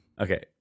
Okay